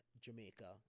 Jamaica